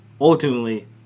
ultimately